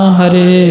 Hare